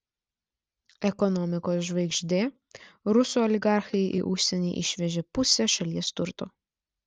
ekonomikos žvaigždė rusų oligarchai į užsienį išvežė pusę šalies turto